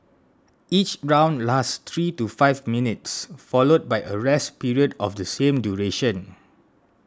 each round lasts three to five minutes followed by a rest period of the same duration